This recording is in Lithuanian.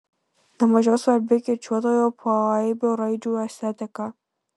ne mažiau svarbi kirčiuotojo poaibio raidžių estetika